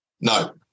No